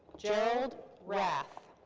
gerald rath.